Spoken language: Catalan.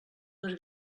les